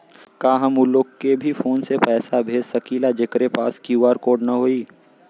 का हम ऊ लोग के भी फोन से पैसा भेज सकीला जेकरे पास क्यू.आर कोड न होई?